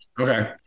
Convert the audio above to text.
Okay